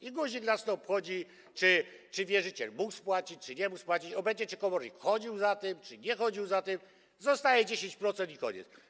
I guzik nas to obchodzi, czy wierzyciel mógł spłacić, czy nie mógł spłacić, obojętne, czy komornik chodził za tym, czy nie chodził za tym, zostaje 10% i koniec.